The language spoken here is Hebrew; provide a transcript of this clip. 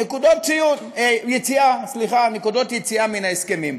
נקודות יציאה מן ההסכמים.